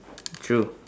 true